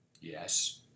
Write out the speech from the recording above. Yes